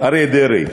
אריה דרעי,